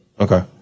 okay